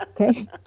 Okay